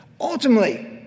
Ultimately